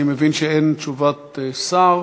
אני מבין שאין תשובת שר,